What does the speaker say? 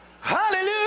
Hallelujah